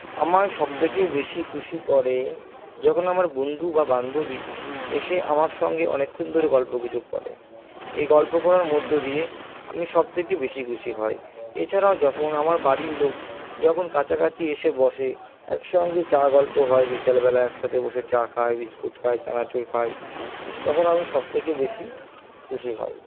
আমায় সবথেকে বেশি খুশি করে যখন আমার বন্ধু বা বান্ধবী এসে আমার সঙ্গে অনেকক্ষণ ধরে গল্পগুজব করে এই গল্প করার মধ্য দিয়ে আমি সবথেকে বেশি খুশি হই এছাড়াও যখন আমার বাড়ির লোক যখন কাছাকাছি এসে বসে একসঙ্গে চা গল্প হয় বিকেলবেলায় একসাথে বসে চা খাই বিস্কুট খাই চানাচুর খাই তখন আমি সবথেকে বেশি খুশি হই